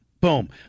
Boom